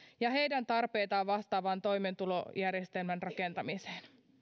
ja heidän tarpeitaan vastaavan toimeentulojärjestelmän rakentamiseen